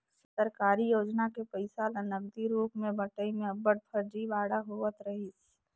सरकारी योजना के पइसा ल नगदी रूप में बंटई में अब्बड़ फरजीवाड़ा होवत रहिस